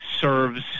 serves